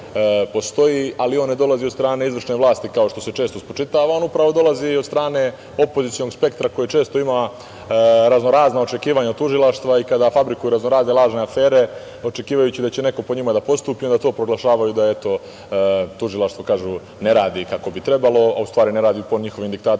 ali on ne dolazi od strane izvršne vlasti, kao što se često spočitava, on upravo dolazi od strane opozicionog spektra koji često ima raznorazna očekivanja od tužilaštva i kada fabrikuju raznorazne afere očekivajući da će neko po njima da postupi i onda to proglašavaju da eto tužilaštvo, kažu, ne radi kako bi trebalo, a u stvari ne radi po njihovim diktatima